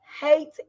hate